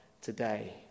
today